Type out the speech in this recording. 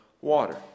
water